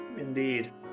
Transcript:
indeed